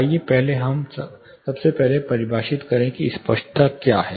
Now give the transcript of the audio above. आइए हम सबसे पहले परिभाषित करें कि स्पष्टता क्या है